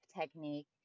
technique